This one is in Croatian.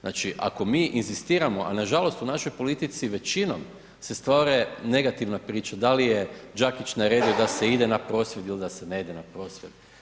Znači ako mi inzistiramo a nažalost u našoj politici većinom se stvori negativna priča da li je Đakić naredio da se ide na prosvjed ili da se ne ide na prosvjed.